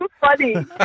funny